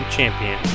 Champion